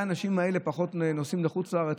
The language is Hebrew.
אולי האנשים האלה פחות נוסעים לחוץ לארץ,